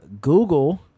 Google